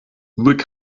look